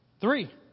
Three